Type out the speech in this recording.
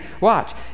watch